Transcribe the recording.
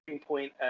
point